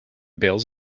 bales